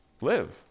live